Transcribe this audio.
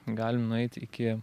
galim nueit iki